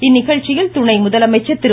இந்நிகழ்ச்சியில் துணை முதலமைச்சர் திரு